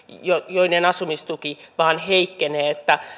joiden asumistuki vain heikkenee